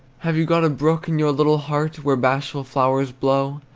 have you got a brook in your little heart, where bashful flowers blow,